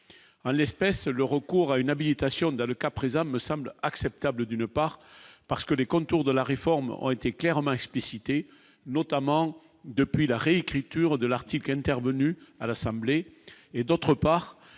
en l'espèce, le recours à une habilitation, dans le cas présent, me semble acceptable, d'une part parce que les contours de la réforme ont été clairement explicités, notamment depuis la réécriture de l'article, intervenu à l'Assemblée et, d'autre part